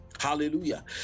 Hallelujah